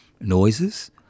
noises